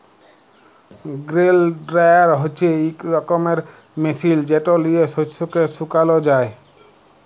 grain dryer হছে ইক রকমের মেশিল যেট লিঁয়ে শস্যকে শুকাল যায়